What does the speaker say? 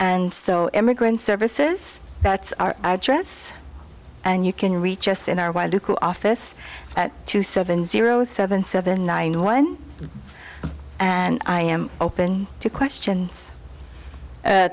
and so immigrant services that's our address and you can reach us in our wild office at two seven zero seven seven nine one and i am open to questions